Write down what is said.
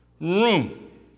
room